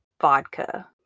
vodka